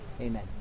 amen